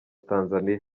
tanzania